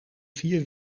vier